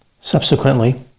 Subsequently